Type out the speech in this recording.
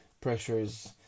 pressures